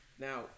Now